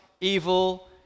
evil